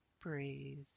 Breathe